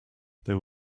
there